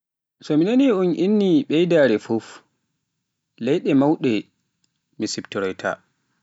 So mi naani un inni ɓeydaare fuf, leɗɗe mawnɗe mi siftoroyta.